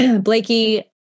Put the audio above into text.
Blakey